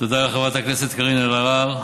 לחברת הכנסת קארין אלהרר.